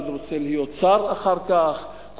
אחד רוצה להיות אחר כך שר,